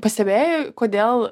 pastebėjai kodėl